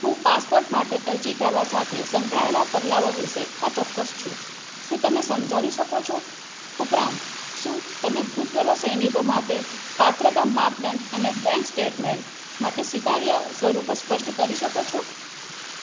હું પાસપોટ માટે અરજી કરવા સાથે સંકળાયેલાં પગલાંઓ વિશે અચોક્કસ છું શું તમે સમજાવી શકો છો ઉપરાંત શું તમે ભૂતપૂર્વ સૈનિકો માટે પાત્રતા માપદંડ અને બેંક સ્ટેટમેન્ટ માટે સ્વીકાર્ય સ્વરૂપો સ્પષ્ટ કરી શકો છો